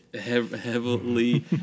heavily